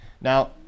Now